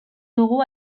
dugu